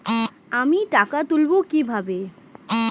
আমি টাকা তুলবো কি ভাবে?